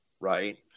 right